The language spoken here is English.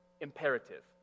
imperative